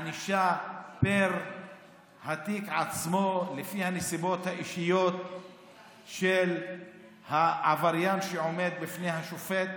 ענישה פר התיק עצמו לפי הנסיבות האישיות של העבריין שעומד בפני השופט.